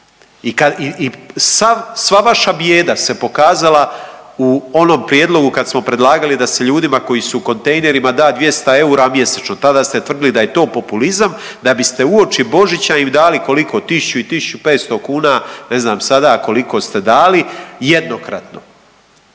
I sva vaša bijeda se pokazala u onom prijedlogu kad smo predlagali da se ljudima koji su u kontejnerima da 200 eura mjesečno, tada ste tvrdili da je to populizam da biste uoči Božića im dali, koliko, 1.000 i 1.500 kuna ne znam sada koliko ste dali jednokratno,